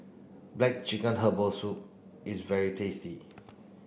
black chicken herbal soup is very tasty